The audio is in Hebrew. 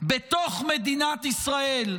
בתוך מדינת ישראל,